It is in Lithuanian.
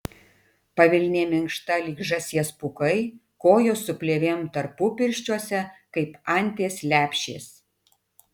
pavilnė minkšta lyg žąsies pūkai kojos su plėvėm tarpupirščiuose kaip anties lepšės